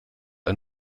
ein